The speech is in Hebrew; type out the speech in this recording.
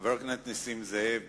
חבר הכנסת נסים זאב,